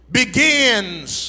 begins